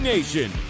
Nation